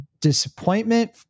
disappointment